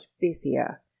busier